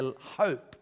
hope